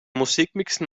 musikmixen